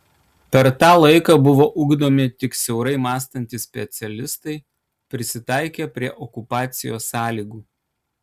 per tą laiką buvo ugdomi tik siaurai mąstantys specialistai prisitaikę prie okupacijos sąlygų